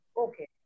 Okay